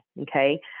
okay